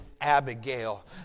Abigail